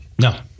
No